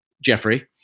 Jeffrey